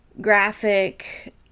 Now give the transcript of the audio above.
graphic